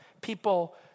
people